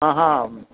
आहा